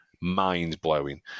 mind-blowing